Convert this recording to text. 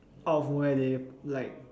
out of nowhere they like